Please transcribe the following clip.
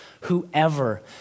whoever